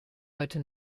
heute